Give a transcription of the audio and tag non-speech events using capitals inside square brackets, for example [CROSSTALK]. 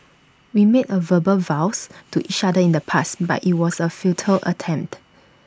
we made A verbal vows to each other in the past but IT was A [NOISE] futile attempt